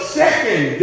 second